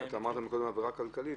אמרת קודם עבירה כלכלית.